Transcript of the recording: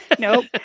Nope